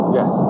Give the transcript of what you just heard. yes